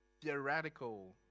theoretical